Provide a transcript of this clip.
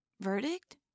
Verdict